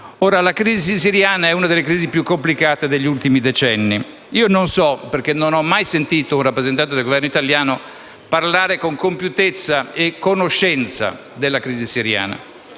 La crisi siriana è una delle più complicate degli ultimi decenni. Non ho mai sentito un rappresentante del Governo italiano parlare con compiutezza e conoscenza della crisi siriana.